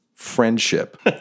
friendship